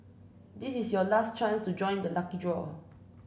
this is your last chance to join the lucky draw